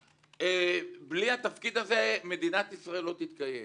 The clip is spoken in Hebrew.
- בלי התפקיד הזה מדינת ישראל לא תתקיים.